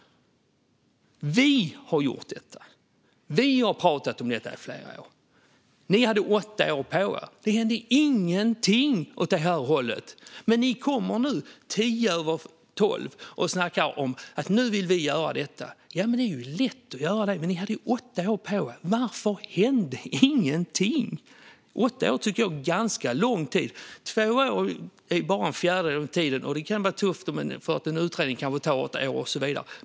Vi har gjort detta. Vi har talat om det i flera år. Ni hade åtta år på er. Det hände ingenting åt det hållet. Ni kommer nu tio minuter över tolv och snackar om: Nu vill vi göra detta. Det är lätt att göra det. Ni hade åtta år på er. Varför hände ingenting? Jag tycker att åtta år är en ganska lång tid. Två år är bara en fjärdedel av den tiden. Det kan vara tufft att få en utredning. Den kanske tar åtta år och så vidare.